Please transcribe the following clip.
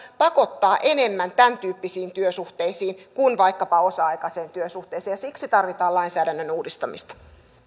pakottaa enemmän tämäntyyppisiin työsuhteisiin kuin vaikkapa osa aikaiseen työsuhteeseen ja siksi tarvitaan lainsäädännön uudistamista